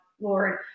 lord